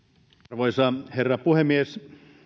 arvoisa herra puhemies